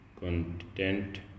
content